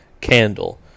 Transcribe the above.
candle